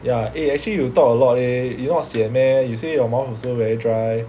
ya eh actually you talk a lot eh you not sian meh you say your mouth also very dry